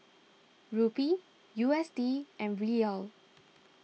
Rupee U S D and Riyal